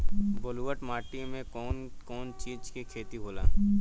ब्लुअट माटी में कौन कौनचीज के खेती होला?